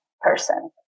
person